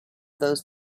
those